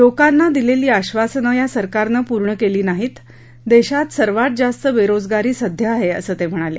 लोकांना दिलेली आधासनं या सरकारनं पूर्ण केली नाहीत देशात सर्वात जास्त बेरोजगारी सध्या आहे असं ते म्हणाले